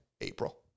April